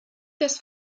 das